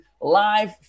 live